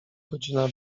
godzina